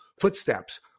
footsteps